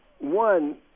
One